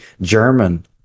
German